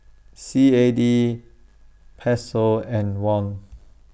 C A D Peso and Won